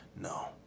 No